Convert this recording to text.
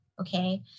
Okay